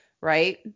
Right